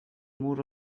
more